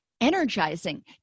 energizing